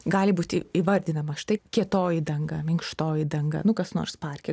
gali būti įvardinama štai kietoji danga minkštoji danga nu kas nors parke